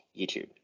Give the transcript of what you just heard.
YouTube